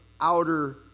outer